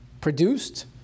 produced